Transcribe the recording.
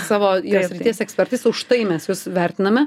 savo srities ekspertais už tai mes jus vertiname